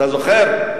אתה זוכר?